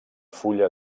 fulla